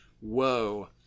whoa